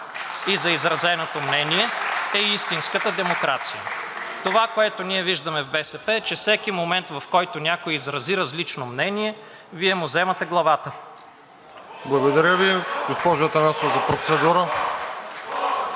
за изразеното мнение, е истинската демокрация. Това, което ние виждаме в БСП, е, че всеки момент, в който някой изрази различно мнение, Вие му вземате главата. (Възгласи от „Продължаваме Промяната“: